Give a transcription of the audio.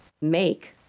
make